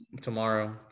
tomorrow